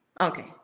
Okay